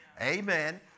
Amen